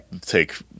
take